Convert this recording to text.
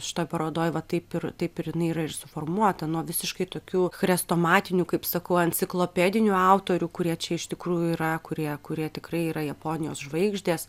šitoj parodoj va taip ir taip ir jinai yra ir suformuota nuo visiškai tokių chrestomatinių kaip sakau enciklopedinių autorių kurie čia iš tikrųjų yra kurie kurie tikrai yra japonijos žvaigždės